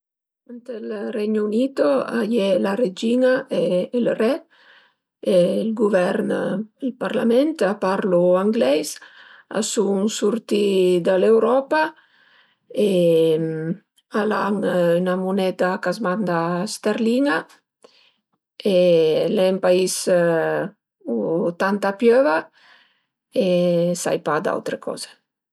Ënt ël Regno Unito a ie la regin-a e ël re e ël guvern e ël parlamento. A parlu angleis, a sun surtì da l'Europa e al an 'na muneda ch'a s'manda sterlin-a e al e ün pais u tanta piöva e sai pa d'autre coze